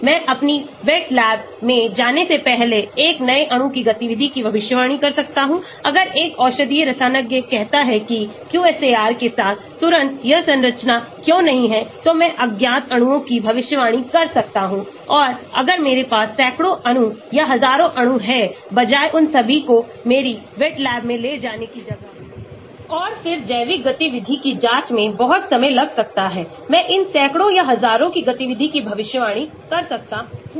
मैं अपनी wet lab में जाने से पहले एक नए अणु की गतिविधि की भविष्यवाणी कर सकता हूं अगर एक औषधीय रसायनज्ञ कहता है कि QSAR के साथ तुरंत यह संरचना क्यों नहीं है तो मैं अज्ञात अणुओं की भविष्यवाणी कर सकता हूं और अगर मेरे पास सैकड़ों अणु या हजारों अणु हैं बजाय उन सभी को मेरी wet lab में ले जाने की जगह और फिर जैविक गतिविधि की जाँच में बहुत समय लग सकता है मैं इन सैकड़ों या हजारों की गतिविधि की भविष्यवाणी कर सकता हूं